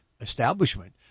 establishment